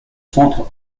centres